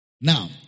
Now